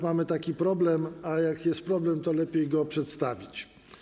Mamy pewien problem, a jak jest problem, to lepiej go przedstawić.